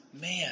man